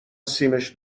سیمش